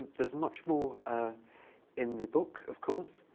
there's much more ah in the book, of course.